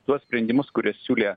tuos sprendimus kuriuos siūlė